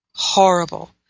Horrible